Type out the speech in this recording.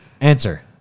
answer